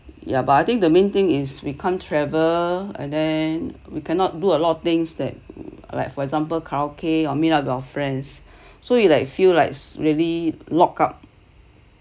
ya but I think the main thing is we can't travel and then we cannot do a lot of things that like for example karaoke or meet up your friends so you like feel like really lock up